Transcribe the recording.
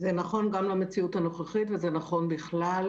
זה מה שמאיה רוז ממשרד מבקר המדינה שמעה מאותם בני נוער שהגיעו למיתר.